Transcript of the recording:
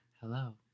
hello